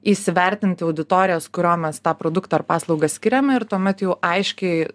įsivertinti auditorijas kuriom mes tą produktą ar paslaugą skiriame ir tuomet jau aiškiai